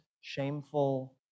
shameful